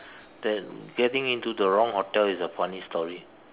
that getting into the wrong hotel is a funny story